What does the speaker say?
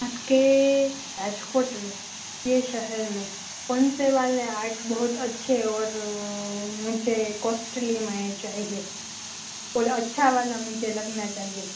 આપકે રાજકોટમેં ફીર શહેરમેં કોનસે વાલે આર્ટ બહોત અચ્છે ઓર મુજે કોસ્ટલીમેં ચાહિયે ઓલ અચ્છાવાલા મુજે લગના ચાહિયે